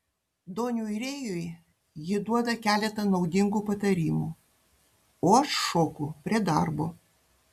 doniui rėjui ji duoda keletą naudingų patarimų o aš šoku prie darbo